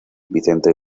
vicente